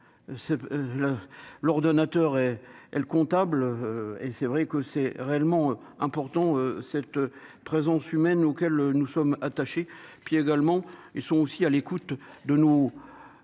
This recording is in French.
l'ordonnateur et elle comptable et c'est vrai que c'est réellement important cette présence humaine, auxquelles nous sommes attachés, puis également, ils sont aussi à l'écoute de nos